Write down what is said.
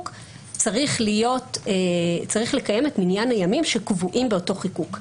צריך לקיים את מניין הימים שקבועים באותו חיקוק,